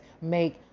make